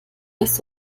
ist